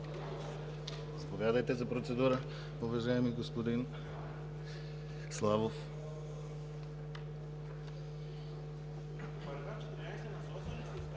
Заповядайте за процедура, уважаеми господин Славов.